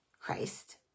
Christ